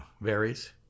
varies